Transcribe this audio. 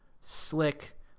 Slick